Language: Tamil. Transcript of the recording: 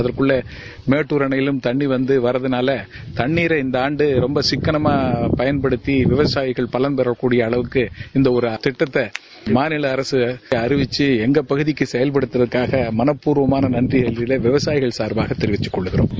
அதுக்குள்ள மேட்டுர் அனையில் இருந்து தண்ணீர் வருவதால தண்ணீரை இந்த ஆண்டு சிக்களமா பயன்படுத்தி விவசாயிகள் பயன் பெறக் கூடிய அளவுக்கு இந்த ஒரு திட்டத்த மாநில அரசு அறிவிச்சு இந்தப் பகுதிக்கு செயல்படுத்தினதற்காக மனப்பூர்வமான நன்றிய விவசாயிகள் சார்பா தெரிவிச்சுக்கொள்றோம்